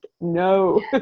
no